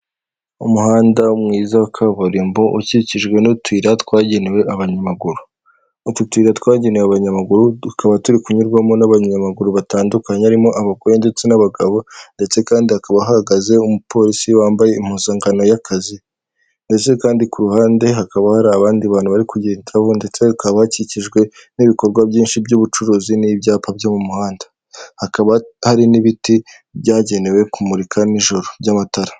Umuhanda mwiza wa kaburimbo ukikijwe n'utuyira twagenewe abanyamaguru, utu tuyira twagenewe abanyamaguru tukaba turi kunyurwamo n'abanyamaguru batandukanye barimo abagore ndetse n'abagabo, ndetse kandi hakaba hahagaze umupolisi wambaye impuzankano y'akazi, ndetse kandi ku ruhande hakaba hari abandi bantu bari kugendaho ndetse bakaba bakikijwe n'ibikorwa byinshi by'ubucuruzi, n'ibyapa byo mu muhanda, hakaba hari n'ibiti byagenewe kumurika n’ijoro by'amatara.